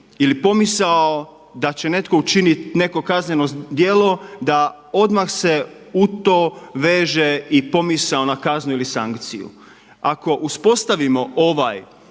ili pomisao da će neko učiniti neko kazneno djelo da odmah se u to veže i pomisao na kaznu ili sankciju. Ako uspostavimo ovaj